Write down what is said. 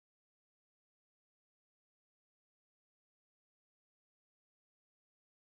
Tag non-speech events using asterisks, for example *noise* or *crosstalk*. *unintelligible*